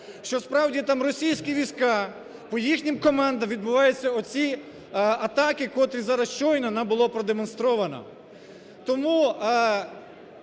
що справді там російські війська і по їхнім командам відбуваються оці атаки, котрі зараз, щойно нам було продемонстровано. Тому